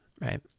right